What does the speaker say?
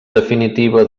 definitiva